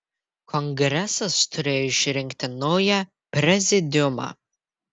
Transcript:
kongresas turėjo išrinkti naują prezidiumą